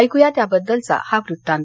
ऐकू या त्याबद्दलचा हा वृत्तांत